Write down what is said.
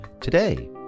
today